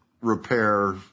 repair